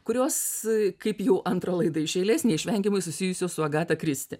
kurios kaip jau antrą laidą iš eilės neišvengiamai susijusios su agata kristi